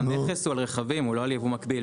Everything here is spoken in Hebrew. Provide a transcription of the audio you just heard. המכס הוא על רכבים, הוא לא על ייבוא מקביל.